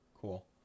cool